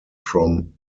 from